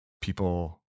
people